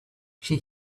she